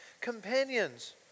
companions